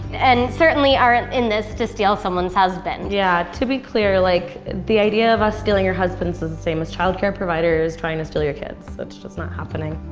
and certainly aren't in this to steal someone's husband. yeah, to be clear, like the idea of us stealing your husbands is the same as child care providers providers trying to steal your kids. that's just not happening.